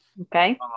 Okay